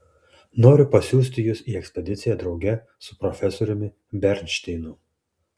noriu pasiųsti jus į ekspediciją drauge su profesoriumi bernšteinu